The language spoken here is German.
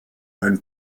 ein